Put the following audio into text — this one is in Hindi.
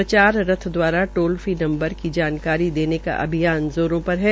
प्रचार रथ द्वारा टोल फ्री नंबर की जानकारी देने का अभियान जोंरो पर है